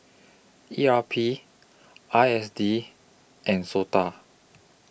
E R P I S D and Sota